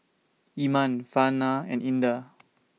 Iman Farhanah and Indah